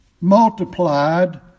multiplied